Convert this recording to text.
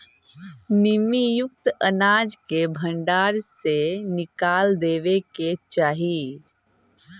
नमीयुक्त अनाज के भण्डार से निकाल देवे के चाहि